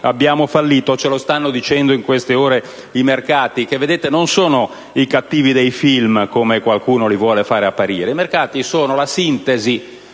abbiamo fallito ce lo stanno dicendo in queste ore i mercati, che non sono i cattivi dei film, come qualcuno li vuol fare apparire. I mercati sono la sintesi